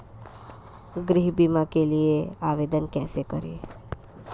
गृह बीमा के लिए आवेदन कैसे करें?